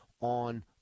on